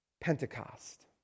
Pentecost